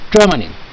Germany